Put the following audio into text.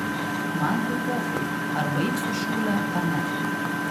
man tai pochui ar baigsiu šūlę ar ne